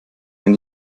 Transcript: wenn